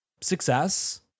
success